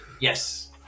Yes